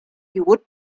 would